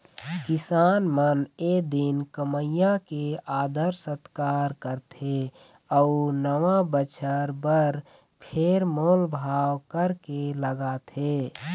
किसान मन ए दिन कमइया के आदर सत्कार करथे अउ नवा बछर बर फेर मोल भाव करके लगाथे